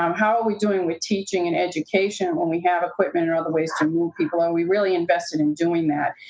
um how are we doing with teaching and education when we have equipment or other ways to move people? are we really invested in doing that?